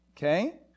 Okay